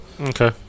Okay